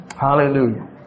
Hallelujah